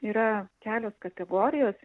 yra kelios kategorijos